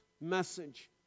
message